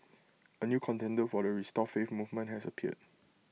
A new contender for the restore faith movement has appeared